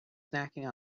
snacking